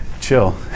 chill